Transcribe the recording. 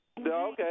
Okay